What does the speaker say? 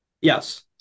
yes